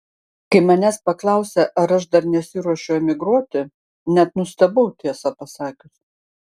kai manęs paklausė ar aš dar nesiruošiu emigruoti net nustebau tiesą pasakius